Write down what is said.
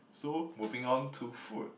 so moving on to food